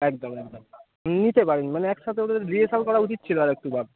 একদম একদম নিতে পারে নি মানে একসাথে ওদের রিহার্সাল করা উচিত ছিলো আর একটু বাদ